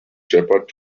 shepherd